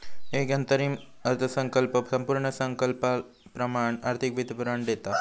एक अंतरिम अर्थसंकल्प संपूर्ण अर्थसंकल्पाप्रमाण आर्थिक विवरण देता